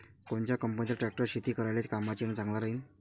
कोनच्या कंपनीचा ट्रॅक्टर शेती करायले कामाचे अन चांगला राहीनं?